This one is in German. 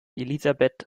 elisabeth